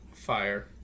Fire